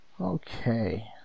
Okay